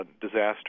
disaster